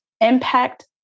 impact